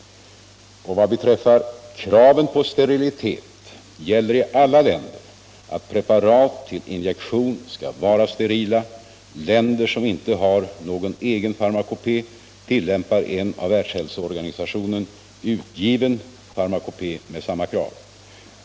Vad beträffar kraven på sterilitet gäller i alla länder att preparat för injektion skall vara sterila. Länder som inte har någon egen farmakopé tillämpar en av WHO utgiven farmakopé med samma krav.